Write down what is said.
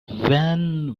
when